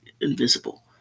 invisible